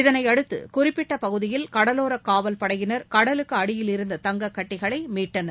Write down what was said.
இதையடுத்து குறிப்பிட்ட பகுதியில் கடலோர காவல் படையினர் கடலுக்கு அடியிலிருந்த தங்கக்கட்டிகளை மீட்டனர்